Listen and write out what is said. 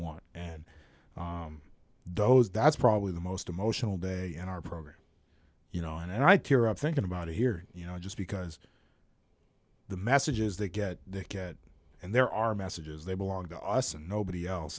want and those that's probably the most emotional day in our program you know and i tear up thinking about it here you know just because the messages they get and there are messages they belong to us and nobody else